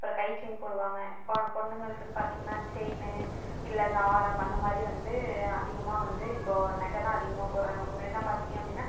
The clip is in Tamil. அப்புறோம் கை செயின் போடுவாங்க பொண்ணுங்களுக்குன்னு பார்த்திங்ன்னா செயின் இல்லை அந்த ஆரம் அந்த மாதிரி வந்து அதிகமாக வந்து இப்போது நகைதான் அதிகமாக போடுறாங்க முன்னாடிலாம் பார்த்திங்க அப்படினா